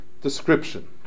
description